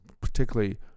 particularly